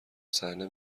صحنه